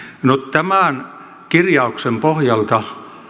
tämän kirjauksen pohjalta